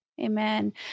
amen